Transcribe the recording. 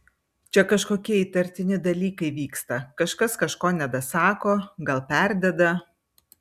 čia kažkokie įtartini dalykai vyksta kažkas kažko nedasako gal perdeda